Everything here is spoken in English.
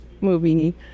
movie